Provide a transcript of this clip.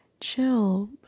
chill